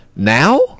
Now